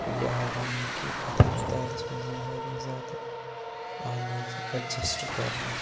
یہِ آو وَننہٕ کہِ اَتھ ہَسپَتالَس منٛز یِن واریاہ زیادٕ ٲں نٔرسہٕ ایٚڈجَسٹہٕ کَرنہٕ